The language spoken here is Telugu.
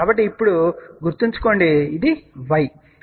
కాబట్టి ఇప్పుడు గుర్తుంచుకోండి ఇది y